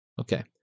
okay